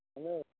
hello